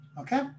okay